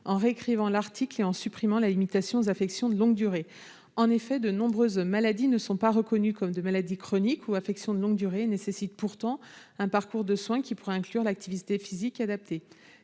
en réécrivant l'article et en supprimant la limitation aux affections de longue durée. En effet, de nombreuses maladies, non reconnues comme des maladies chroniques ou des affections de longue durée, nécessitent pourtant un parcours de soins qui pourrait inclure l'activité physique adaptée.